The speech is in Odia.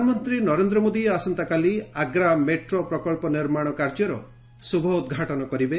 ପ୍ରଧାନମନ୍ତ୍ରୀ ନରେନ୍ଦ୍ର ମୋଦି ଆସନ୍ତାକାଲି ଆଗ୍ରା ମେଟ୍ରୋ ପ୍ରକଳ୍ପ ନିର୍ମାଣ କାର୍ଯ୍ୟର ଶ୍ରଭ ଉଦ୍ଘାଟନ କରିବେ